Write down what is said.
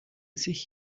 sich